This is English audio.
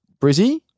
Brizzy